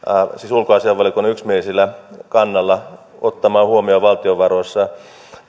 ulkoasiainvaliokunnan yksimielisellä kannalla ottamaan huomioon valtiovaroissa